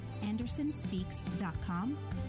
Andersonspeaks.com